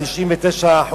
99%,